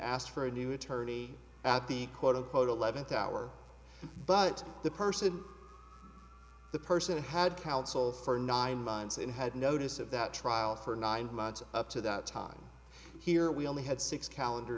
asked for a new attorney at the quote unquote eleventh hour but the person the person had counsel for nine months and had notice of that trial for nine months up to that time here we only had six calendar